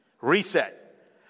Reset